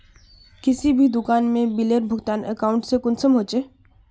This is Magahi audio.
किसी भी दुकान में बिलेर भुगतान अकाउंट से कुंसम होचे?